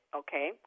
okay